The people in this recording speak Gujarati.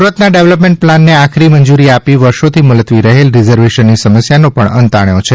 સુરતના ડેવલપમેન્ટ પ્લાનને આખરી મંજૂરી આપી વર્ષોથી મુલતવી રહેલ રિઝર્વેશનની સમસ્યાનો પણ અંત આણ્યો છે